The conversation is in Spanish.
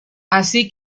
así